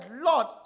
Lord